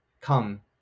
come